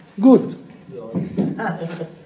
good